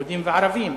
יהודים וערבים.